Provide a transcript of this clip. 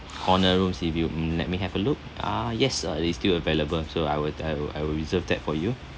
corner room sea view mm let me have a look ah yes uh it's still available so I would I would I would reserve that for you